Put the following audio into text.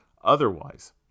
Otherwise